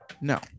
No